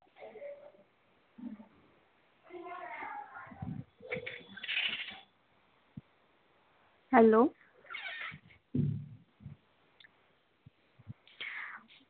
hello